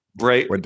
Right